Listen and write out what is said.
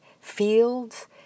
fields